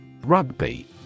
Rugby